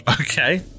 Okay